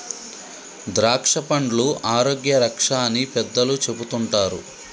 ద్రాక్షపండ్లు ఆరోగ్య రక్ష అని పెద్దలు చెపుతుంటారు